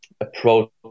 approach